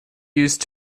used